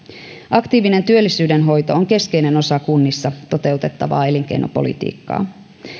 aktiivinen työllisyyden hoito on keskeinen osa kunnissa toteutettavaa elinkeinopolitiikkaa